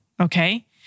okay